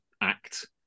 act